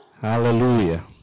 Hallelujah